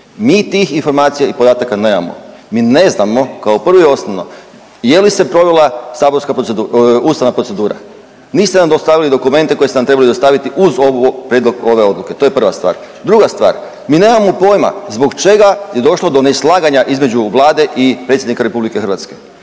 Mi tih informacija i podataka nemamo. Mi ne znamo, kao prvo i osnovno je li se provela saborska .../nerazumljivo/... ustavna procedura, niste nam dostavili dokumente koje ste nam trebali dostaviti uz ovo, prijedlog ove odluke, to je prva stvar. Druga stvar, mi nemamo pojam zbog čega je došlo do neslaganja između Vlade i predsjednika RH. Koje su